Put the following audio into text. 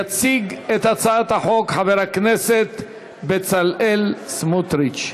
יציג את הצעת החוק חבר הכנסת בצלאל סמוטריץ.